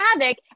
havoc